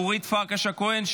אורית פרקש הכהן,